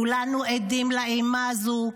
כולנו עדים לאימה הזו,